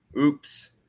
Oops